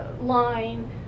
line